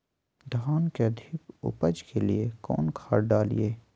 धान के अधिक उपज के लिए कौन खाद डालिय?